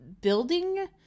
building